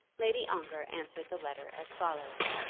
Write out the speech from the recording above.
lady ongar answered the letter as follows